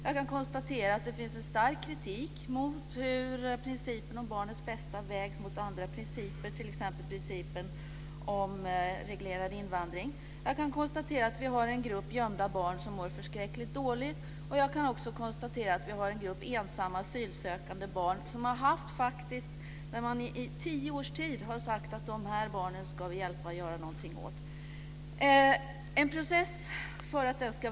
Jag konstaterar att det finns en stark kritik mot hur principen om barnens bästa vägs mot andra principer, t.ex. principen om reglerad invandring. Jag konstaterar att det finns en grupp gömda barn som mår förskräckligt dåligt. Jag konstaterar att man i tio års tid har sagt att man ska hjälpa gruppen ensamma asylsökande barn.